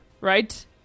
right